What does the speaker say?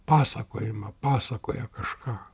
pasakojimą pasakoja kažką